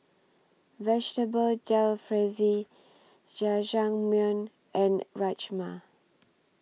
Vegetable Jalfrezi Jajangmyeon and Rajma